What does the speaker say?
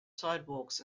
sidewalks